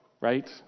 Right